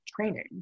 training